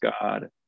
God